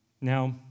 Now